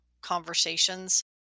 conversations